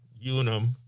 Unum